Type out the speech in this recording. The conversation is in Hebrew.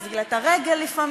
יחזיק לה את הרגל לפעמים,